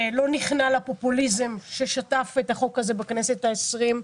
שלא נכנע לפופוליזם ששטף את החוק הזה בכנסת העשרים.